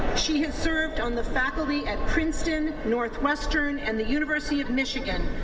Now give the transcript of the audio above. she has served on the faculty at princeton, northwestern and the university of michigan,